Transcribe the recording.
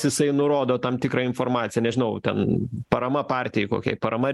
jisai nurodo tam tikrą informaciją nežinau ten parama partijai kokiai parama